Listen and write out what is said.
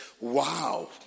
wow